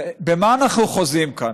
במה אנחנו חוזים כאן?